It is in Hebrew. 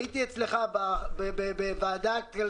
הייתי אצלך בוועדת כלכלה,